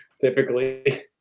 Typically